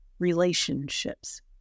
relationships